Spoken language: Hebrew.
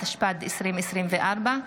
התשפ"ד 2024,